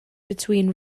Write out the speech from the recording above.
between